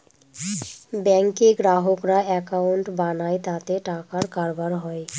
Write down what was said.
ব্যাঙ্কে গ্রাহকরা একাউন্ট বানায় তাতে টাকার কারবার হয়